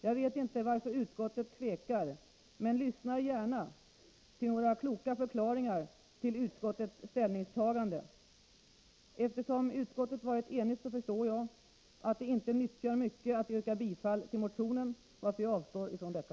Jag vet inte varför utskottet tvekar men lyssnar gärna till några kloka förklaringar till utskottets ställningstagande. Eftersom utskottet varit enigt förstår jag att det inte nyttjar mycket att yrka bifall till motionen, varför jag avstår från detta.